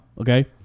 Okay